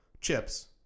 chips